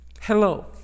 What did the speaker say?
Hello